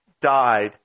died